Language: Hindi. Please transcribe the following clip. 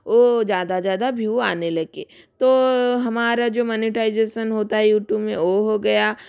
वो ज़्यादा ज़्यादा भीयू आने लगे तो हमारा जो मनीटाइज़ेसन होता है यूटूब में ओ हो गया